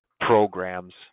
programs